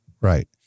Right